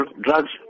drugs